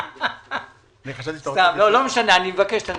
אני מבקש את הנתונים.